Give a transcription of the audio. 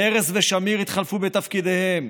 פרס ושמיר התחלפו בתפקידיהם.